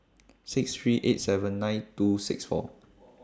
six three eight seven nine two six four